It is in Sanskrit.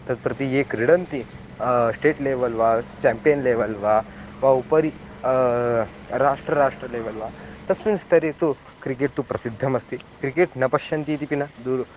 तत् प्रति ये क्रीडन्ति स्टेट् लेवल् वा चाम्पियन् लेवल् वा वा उपरि राष्ट्रराष्ट्र लेवल् वा तस्मिन् स्तरे तु क्रिकेट् तु प्रसिद्धमस्ति क्रिकेट् न पश्यन्तीत्यपि न दुरं